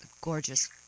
gorgeous